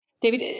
David